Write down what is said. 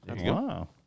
Wow